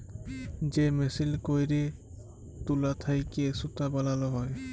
যে মেসিলে ক্যইরে তুলা থ্যাইকে সুতা বালাল হ্যয়